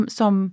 som